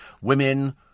women